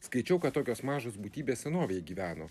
skaičiau kad tokios mažos būtybės senovėj gyveno